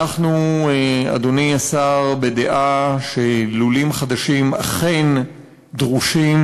אנחנו, אדוני השר, בדעה שלולים חדשים אכן דרושים,